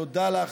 תודה לך,